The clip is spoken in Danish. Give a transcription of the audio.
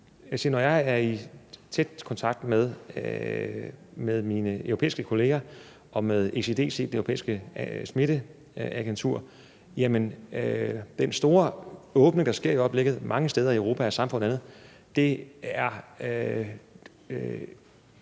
at jeg er i tæt kontakt med mine europæiske kolleger og med ECDC, det europæiske smitteagentur. Og i forbindelse med den store åbning, der sker mange steder i Europa, af samfundene, ser